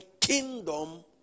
kingdom